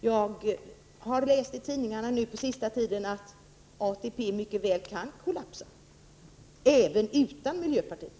Jag har på sista tiden läst i tidningarna att ATP mycket väl kan kollapsa — även utan miljöpartiet.